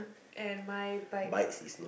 and my bike uh